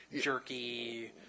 jerky